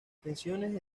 tensiones